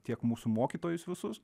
tiek mūsų mokytojus visus